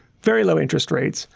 very low interest rates,